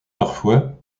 parfois